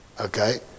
Okay